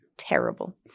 terrible